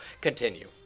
Continue